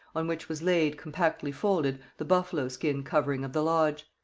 on which was laid, compactly folded, the buffalo-skin covering of the lodge.